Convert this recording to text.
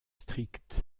stricts